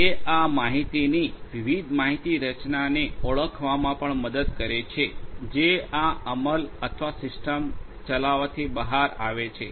તે આ માહિતીની વિવિધ માહિતી રચનાને ઓળખવામાં પણ મદદ કરે છે જે આ અમલ અથવા સિસ્ટમ ચલાવવાથી બહાર આવે છે